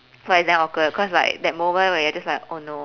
!wah! it's damn awkward cause like that moment where you're just like oh no